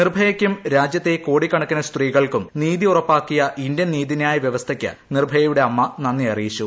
നിർഭയയ്ക്കും രാജ്യത്തെ കോടിക്കണക്കിന് സ്ത്രീകൾക്കും നീതി ഉറപ്പാക്കിയ ഇന്ത്യൻ നീതിന്യായ വ്യവസ്ഥയ്ക്ക് നിർഭയയുടെ അമ്മ നന്ദി അറിയിച്ചു